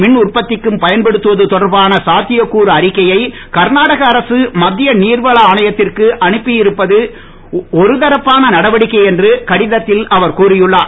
மின்உற்பத்திக்கும் பயன்படுத்துவது தொடர்பான சாத்தியக்கூறு அறிக்கையை கர்நாடகா அரசு மத்திய நீர்வள ஆணையத்திற்கு அனுப்பியிருப்பது ஒருசார்பான நடவடிக்கை என்று கடிதத்தில் அவர் கூறியுள்ளார்